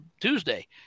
Tuesday